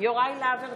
יוראי להב הרצנו,